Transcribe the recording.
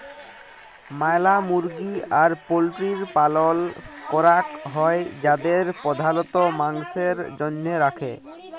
ম্যালা মুরগি আর পল্ট্রির পালল ক্যরাক হ্যয় যাদের প্রধালত মাংসের জনহে রাখে